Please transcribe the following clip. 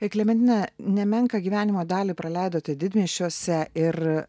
tai klementina nemenką gyvenimo dalį praleidote didmiesčiuose ir